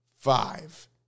five